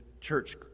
church